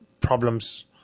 problems